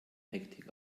hektik